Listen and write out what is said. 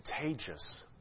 contagious